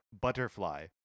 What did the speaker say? Butterfly